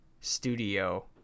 studio